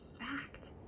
fact